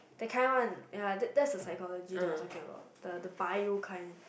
that kind one ya that that's the psychology that you are talk about the the bio kind